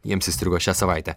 jiems įstrigo šią savaitę